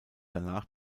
danach